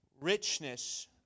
richness